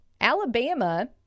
Alabama